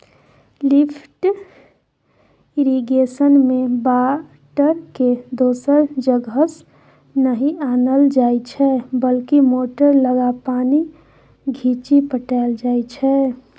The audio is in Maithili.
लिफ्ट इरिगेशनमे बाटरकेँ दोसर जगहसँ नहि आनल जाइ छै बल्कि मोटर लगा पानि घीचि पटाएल जाइ छै